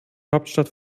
hauptstadt